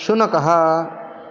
शुनकः